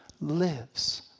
lives